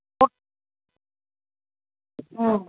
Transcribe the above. ও হুম